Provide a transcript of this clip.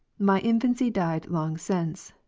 my infancy died long since,